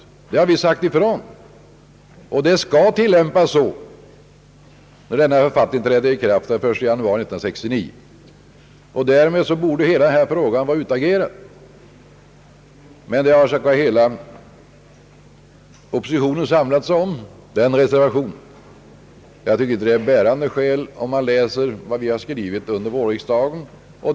Detta har vi sagt ifrån, och när författningen träder i kraft den 1 januari 1969 skall den tillämpas så. Därmed borde den här frågan vara utagerad, men hela oppositionen har samlats kring reservationen. Jag tycker inte att skälen för reservationen är bärande, om man läser vad vi har skrivit under vårriksdagen.